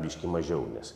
biškį mažiau nes